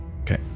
Okay